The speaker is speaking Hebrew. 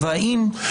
תצאי.